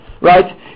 Right